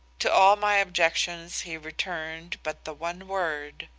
to all my objections he returned but the one word,